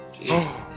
Jesus